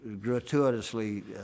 gratuitously